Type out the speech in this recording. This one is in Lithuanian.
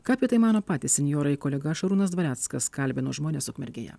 ką apie tai mano patys senjorai kolega šarūnas dvareckas kalbino žmones ukmergėje